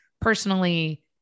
personally